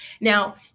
Now